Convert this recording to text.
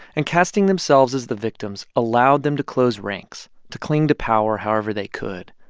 and casting themselves as the victims allowed them to close ranks, to cling to power however they could.